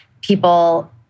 people